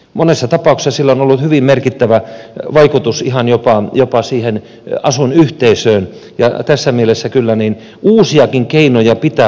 monessa tapauksessa sillä on ollut hyvin merkittävä vaikutus ihan jopa siihen asuinyhteisöön ja tässä mielessä kyllä uusiakin keinoja pitää uskaltaa kokeilla